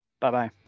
Bye-bye